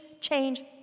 change